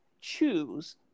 choose